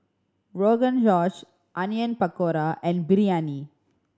Rogan Josh Onion Pakora and Biryani